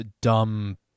dumb